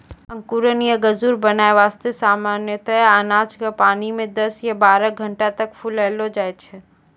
अंकुरण या गजूर बनाय वास्तॅ सामान्यतया अनाज क पानी मॅ दस सॅ बारह घंटा तक फुलैलो जाय छै